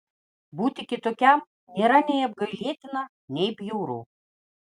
būti kitokiam nėra nei apgailėtina nei bjauru